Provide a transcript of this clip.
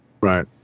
Right